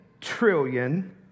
trillion